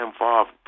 involved